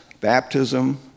baptism